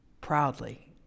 proudly